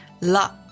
luck